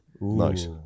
Nice